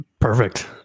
perfect